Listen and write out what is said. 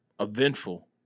eventful